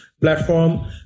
platform